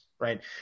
Right